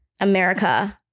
america